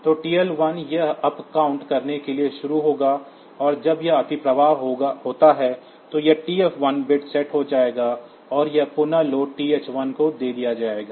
तो TL1 यह up count करने के लिए शुरू होगा और जब यह अतिप्रवाह होता है तो यह TF1 बिट सेट हो जाएगा और यह पुनः लोड TH1 को भी दिया जाएगा